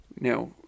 Now